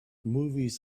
movies